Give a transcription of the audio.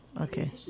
Okay